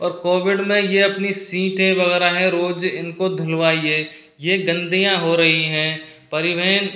और कोविड में ये अपनी सीटें वगैरह हैं रोज इनको धुलवाइए ये गंदगियाँ हो रही हैं परिवहन